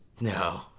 No